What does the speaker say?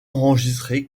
enregistrée